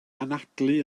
anadlu